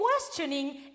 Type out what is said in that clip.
questioning